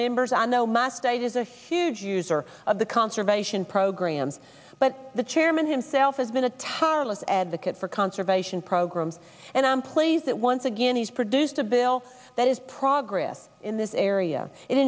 members i know my state is a huge user of the conservation programs but the chairman himself has been a tireless advocate for conservation programs and i'm pleased that once again he's produced a bill that is progress in this area it